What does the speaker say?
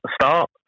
start